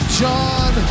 john